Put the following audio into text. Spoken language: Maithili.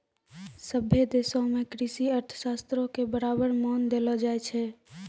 सभ्भे देशो मे कृषि अर्थशास्त्रो के बराबर मान देलो जाय छै